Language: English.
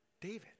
David